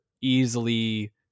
easily